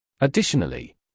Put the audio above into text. Additionally